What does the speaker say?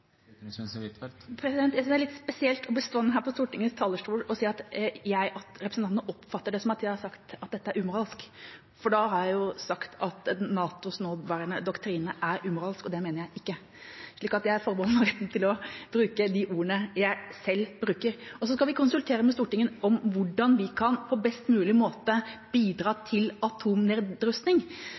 Jeg synes det er litt spesielt at representanten står på Stortingets talerstol og sier at hun oppfatter det som at jeg har sagt at dette er umoralsk. Da har jeg jo sagt at NATOs nåværende doktrine er umoralsk, og det mener jeg ikke. Så jeg forbeholder meg retten til å bruke de ordene jeg selv bruker. Så skal vi konsultere med Stortinget om hvordan vi på best mulig måte kan bidra til atomnedrustning,